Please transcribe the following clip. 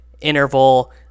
interval